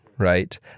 Right